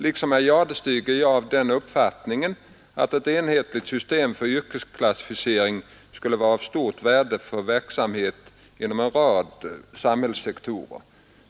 Liksom herr Jadestig är jag av den uppfattningen att ett enhetligt system för yrkesklassificering skulle vara av stort värde för verksamheten inom en rad samhällssektorer.